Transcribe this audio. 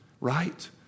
right